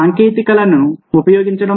సాంకేతికతలను ఉపయోగించడం